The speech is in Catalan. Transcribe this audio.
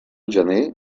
gener